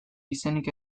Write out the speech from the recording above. izenik